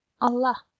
allah